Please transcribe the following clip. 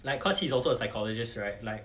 like cause he's also a psychologist right like